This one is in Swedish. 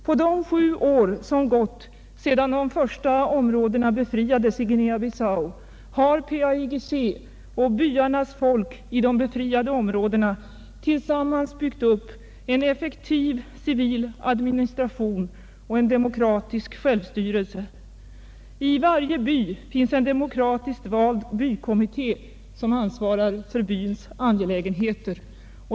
På de sju år som gätt sedan de första områdena befriades i Guinea Bissau har PAIGC och byarnas folk i de befriade områdena tillsammans byggt upp en effektiv civil administration och en demokratisk självstyrelse. I varje by finns en demokratiskt vald bykommittd, som ansvarar för byns angelägenheter.